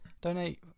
donate